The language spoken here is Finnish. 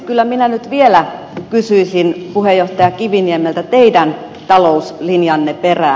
kyllä minä nyt vielä kysyisin puheenjohtaja kiviniemeltä teidän talouslinjanne perään